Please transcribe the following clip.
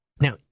Now